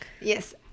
yes